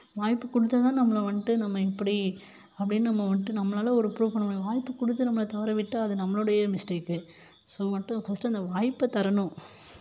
வாய்ப்பு கொடுத்தா தான் நம்மளை வந்துட்டு நம்ம இப்படி அப்படின்னு நம்ம வந்துட்டு நம்மளால் ஒரு ப்ரூப் பண்ண முடியும் வாய்ப்பு கொடுத்து நம்ம தவற விட்டால் அது நம்மளோடய மிஸ்ட்டேக்கு ஸோ மட்டும் ஃபஸ்ட்டு அந்த வாய்ப்பை தரணும்